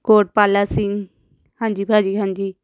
ਕੋਟ ਪਾਲਾ ਸਿੰਘ ਹਾਂਜੀ ਭਾਅ ਜੀ ਹਾਂਜੀ